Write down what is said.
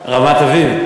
רמת-אביב.